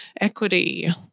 equity